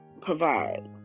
provide